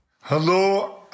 Hello